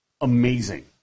amazing